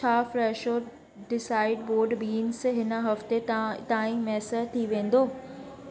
छा फ्रेशो डिसाइड बोर्ड बींस हिन हफ़्ते ता ताईं मुयसरु थी वेंदो